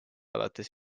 alates